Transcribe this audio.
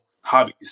hobbies